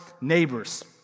neighbor's